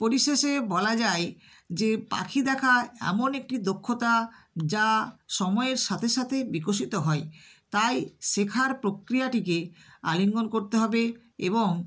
পরিশেষে বলা যায় যে পাখি দেখা এমন একটি দক্ষতা যা সময়ের সাথে সাথে বিকশিত হয় তাই শেখার প্রক্রিয়াটিকে আলিঙ্গন করতে হবে এবং